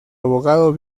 abogado